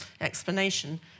explanation